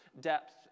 depth